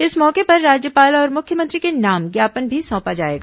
इस मौके पर राज्यपाल और मुख्यमंत्री के नाम ज्ञापन भी सौंपा जाएगा